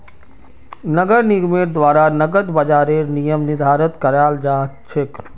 नगर निगमेर द्वारा नकद बाजारेर नियम निर्धारित कियाल जा छेक